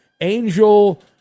Angel